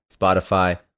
Spotify